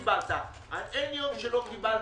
אין יום שלא קיבלתי,